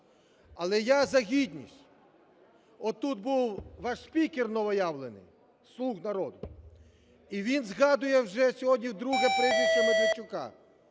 Але я за гідність. Отут був ваш спікер новоявлений "слуг народу", і він згадує вже сьогодні вдруге прізвище Медведчука,